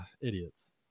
Idiots